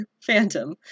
phantom